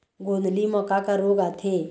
गोंदली म का का रोग आथे?